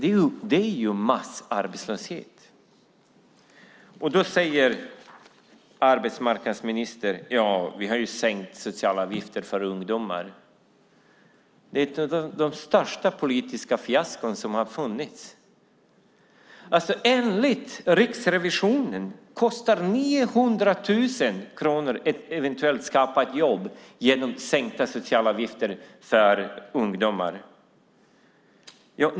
Det är massarbetslöshet. Arbetsmarknadsministern säger att de har sänkt socialavgifterna för ungdomar. Det är ett av de största politiska fiaskon som har funnits. Enligt Riksrevisionen kostar det 900 000 kronor att skapa ett eventuellt jobb med hjälp av sänkta socialavgifter för ungdomar.